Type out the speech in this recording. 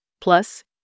plus